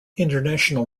international